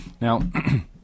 Now